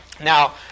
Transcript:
Now